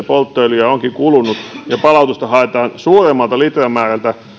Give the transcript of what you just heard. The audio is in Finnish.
polttoöljyä onkin kulunut ja palautusta haetaan suuremmalta litramäärältä